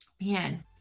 man